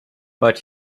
but